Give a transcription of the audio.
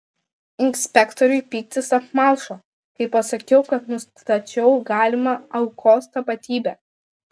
inspektoriui pyktis apmalšo kai pasakiau kad nustačiau galimą aukos tapatybę